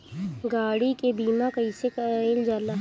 गाड़ी के बीमा कईसे करल जाला?